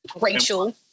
Rachel